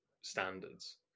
standards